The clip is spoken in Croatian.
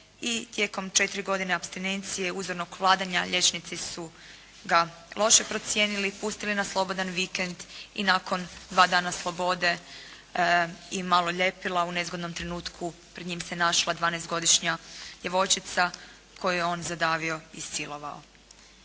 tijekom 4 godine apstinencije, uzornog vladanja liječnici su ga loše procijenili, pustili na slobodan vikend i nakon dva dana slobode i malo ljepila u nezgodnom trenutku pred njim se našla 12 godišnja djevojčica koju je on zadavio i silovao.